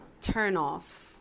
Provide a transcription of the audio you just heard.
turnoff